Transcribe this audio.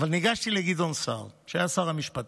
אבל ניגשתי לגדעון סער שהיה שר המשפטים.